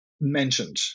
mentioned